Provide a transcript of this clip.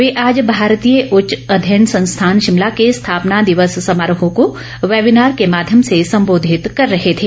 वे आज भारतीय उच्च अध्ययन संस्थान शिमला के स्थापना दिवस समारोह को वेबिनार के माध्यम से संबोधित कर रहे थे